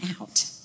out